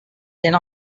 sent